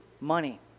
money